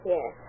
Yes